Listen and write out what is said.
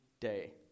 day